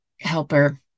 helper